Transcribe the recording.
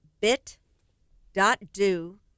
bit.do